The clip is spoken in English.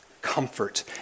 comfort